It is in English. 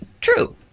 true